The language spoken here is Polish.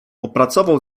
opracował